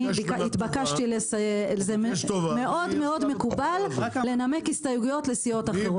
התבקשתי מאוד מקובל לנמק הסתייגויות לסיעות אחרות.